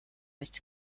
nichts